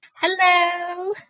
Hello